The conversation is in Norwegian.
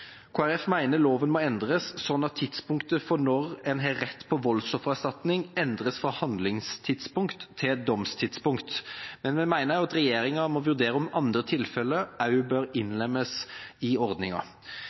loven må endres, slik at tidspunktet for når en har rett på voldsoffererstatning, endres fra handlingstidspunkt til domstidspunkt, men vi mener også at regjeringa må vurdere om andre tilfeller bør